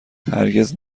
هرگز